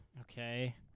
Okay